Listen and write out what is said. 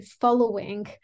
following